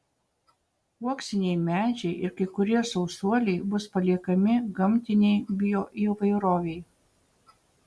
uoksiniai medžiai ir kai kurie sausuoliai bus paliekami gamtinei bioįvairovei